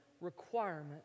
requirement